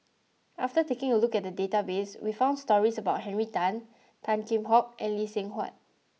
after taking a look at the database we found stories about Henry Tan Tan Kheam Hock and Lee Seng Huat